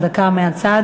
יש לך דקה מהצד.